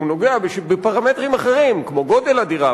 הוא נוגע בפרמטרים אחרים, כמו גודל הדירה.